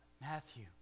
Matthew